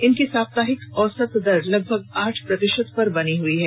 इनकी साप्ताहिक औसत दर लगभग आठ प्रतिशत पर बनी हुई है